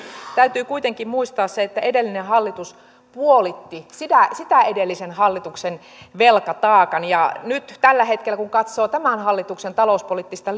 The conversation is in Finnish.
täytyy kuitenkin muistaa se että edellinen hallitus puolitti sitä sitä edellisen hallituksen velkataakan nyt tällä hetkellä kun katsoo tämän hallituksen talouspoliittista